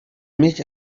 mich